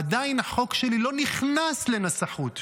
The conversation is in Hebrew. עדיין החוק שלי לא נכנס לנסחות.